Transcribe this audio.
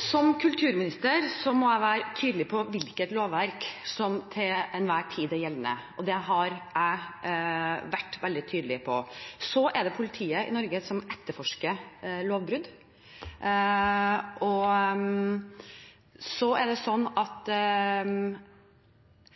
Som kulturminister må jeg være tydelig på hvilket lovverk som til enhver tid er gjeldende. Det har jeg vært veldig tydelig på. Så er det politiet i Norge som etterforsker lovbrudd. Jeg ser at det